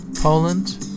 Poland